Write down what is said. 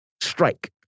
strike